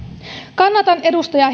kannatan edustaja